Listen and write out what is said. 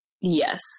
Yes